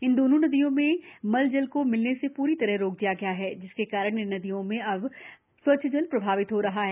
इन दोनों नदियों में मल जल को मिलने से पूरी तरह रोक दिया गया है जिसके कारण इन नदियों में अब स्वच्छ जल प्रवाहित हो रहा है